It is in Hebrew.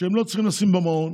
שהם לא צריכים לשים במעון,